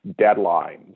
deadlines